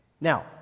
Now